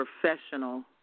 professional